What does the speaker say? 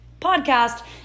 podcast